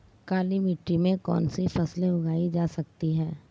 काली मिट्टी में कौनसी फसलें उगाई जा सकती हैं?